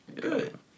good